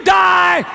die